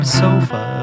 sofa